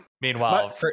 Meanwhile